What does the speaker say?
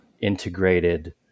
integrated